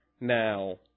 Now